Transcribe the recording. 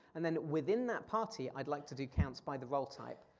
and then within that party, i'd like to do counts by the role type.